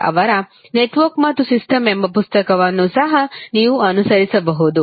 Roy Choudhury ಅವರ network ಮತ್ತು systems ಎಂಬ ಪುಸ್ತಕವನ್ನು ಸಹ ನೀವು ಅನುಸರಿಸಬಹುದು